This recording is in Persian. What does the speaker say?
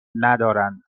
ندارند